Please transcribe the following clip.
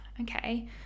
okay